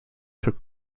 took